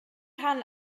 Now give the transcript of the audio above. rhan